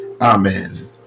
Amen